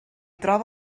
troba